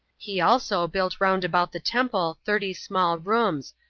he also built round about the temple thirty small rooms,